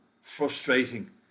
frustrating